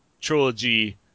trilogy